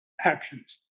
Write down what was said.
actions